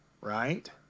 right